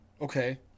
Okay